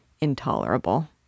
intolerable